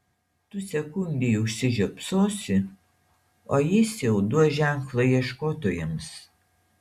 tu sekundei užsižiopsosi o jis jau duos ženklą ieškotojams